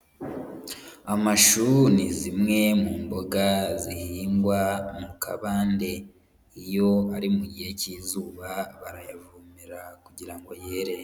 Amashu ni zimwe mu mboga zihingwa mu kabande. Iyo ari mu gihe cy'izuba barayavomera, kugira ngo yere.